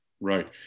right